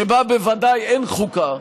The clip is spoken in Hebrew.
שבה אין חוקה,